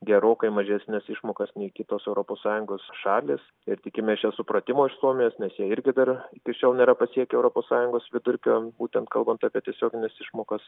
gerokai mažesnes išmokas nei kitos europos sąjungos šalys ir tikimės čia supratimo iš suomijos nes jie irgi dar iki šiol nėra pasiekę europos sąjungos vidurkio būtent kalbant apie tiesiogines išmokas